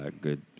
good